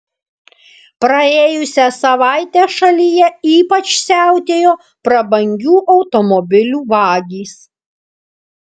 praėjusią savaitę šalyje ypač siautėjo prabangių automobilių vagys